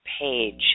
page